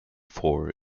four